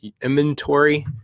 inventory